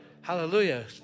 Hallelujah